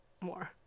more